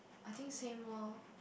I think same lor